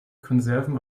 konserven